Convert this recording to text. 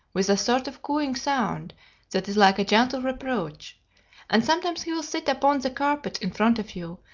with a sort of cooing sound that is like a gentle reproach and sometimes he will sit upon the carpet in front of you,